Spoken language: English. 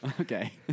Okay